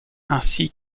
ainsi